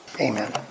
Amen